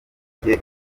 ujye